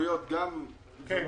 גם לגבי